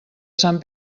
sant